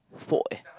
forty